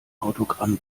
autogramm